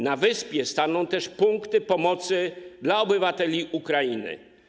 Na wyspie staną też punkty pomocy dla obywateli Ukrainy.